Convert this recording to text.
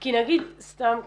כי נגיד, סתם כדוגמה,